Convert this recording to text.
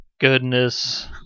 goodness